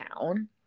town